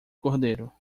cordeiro